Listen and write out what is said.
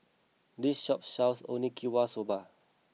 this shop sells Soba